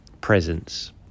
presence